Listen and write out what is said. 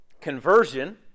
Conversion